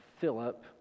Philip